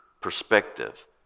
perspective